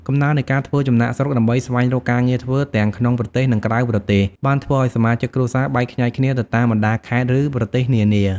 កំណើននៃការធ្វើចំណាកស្រុកដើម្បីស្វែងរកការងារធ្វើ ទាំងក្នុងប្រទេស និងក្រៅប្រទេស បានធ្វើឱ្យសមាជិកគ្រួសារបែកខ្ញែកគ្នាទៅតាមបណ្ដាខេត្ត ឬប្រទេសនានា។